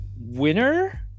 winner